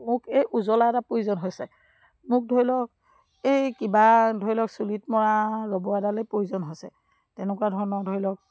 মোক এই উজ্বলা এটা প্ৰয়োজন হৈছে মোক ধৰি লওক এই কিবা ধৰি লওক চুলিত মৰা লবৰ এডালে প্ৰয়োজন হৈছে তেনেকুৱা ধৰণৰ ধৰি লওক